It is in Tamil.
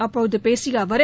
அப்போது பேசிய அவர்